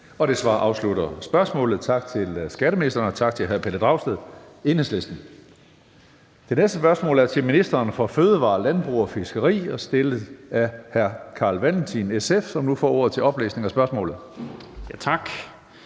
Det svar afslutter spørgsmålet. Tak til skatteministeren, og tak til hr. Pelle Dragsted, Enhedslisten. Det næste spørgsmål er til ministeren for fødevarer, landbrug og fiskeri og er stillet af hr. Carl Valentin, SF. Kl. 14:44 Spm. nr. S 707